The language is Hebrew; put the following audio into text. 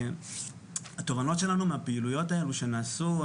התובנות שלנו מהפעילות ההם שנעשו,